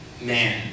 man